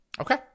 Okay